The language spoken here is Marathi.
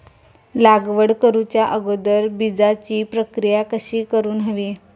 लागवड करूच्या अगोदर बिजाची प्रकिया कशी करून हवी?